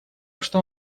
что